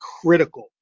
critical